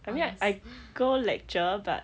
I mean like I go lecture but